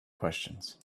questions